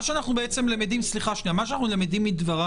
מה שאנחנו למדים מדבריים,